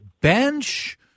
bench